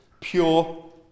Pure